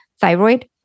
thyroid